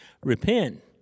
Repent